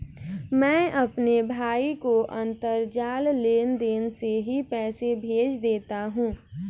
मैं अपने भाई को अंतरजाल लेनदेन से ही पैसे भेज देता हूं